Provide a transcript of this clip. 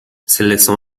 seleção